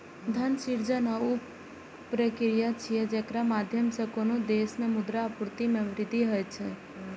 धन सृजन ऊ प्रक्रिया छियै, जेकरा माध्यम सं कोनो देश मे मुद्रा आपूर्ति मे वृद्धि होइ छै